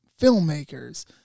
filmmakers